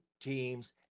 teams